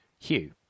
Hugh